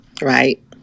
right